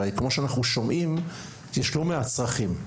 הרי כמו שאנחנו שומעים יש לא מעט צרכים,